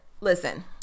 Listen